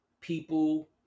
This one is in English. people